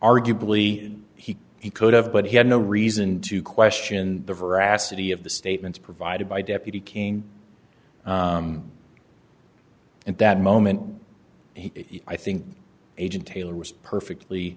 arguably he he could have but he had no reason to question the veracity of the statements provided by deputy king at that moment he i think agent taylor was perfectly